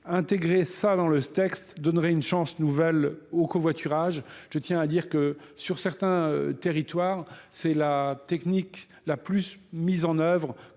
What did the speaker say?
intégrer cela dans le texte donnerait une chance nouvelle au covoiturage. je tiens à dire que, sur certains territoires, c'est la technique la plus mise en œuvre